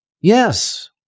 Yes